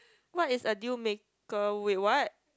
what is a deal maker wait what